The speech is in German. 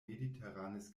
mediterranes